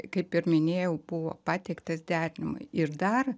kaip ir minėjau buvo pateiktas derinimui ir dar